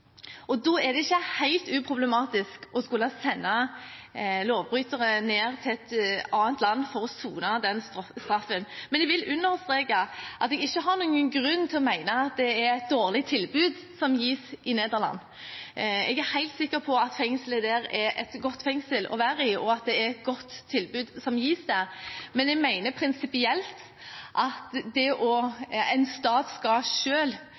idømt. Da er det ikke helt uproblematisk å skulle sende lovbrytere til et annet land for å sone den straffen. Men jeg vil understreke at jeg ikke har noen grunn til å mene at det er et dårlig tilbud som gis i Nederland. Jeg er helt sikker på at fengselet der er et godt fengsel å være i, og at det er et godt tilbud som gis der. Men jeg mener prinsipielt at en stat selv skal